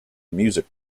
music